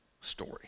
story